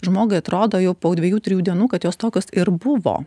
žmogui atrodo jau po dviejų trijų dienų kad jos tokios ir buvo